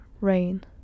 rain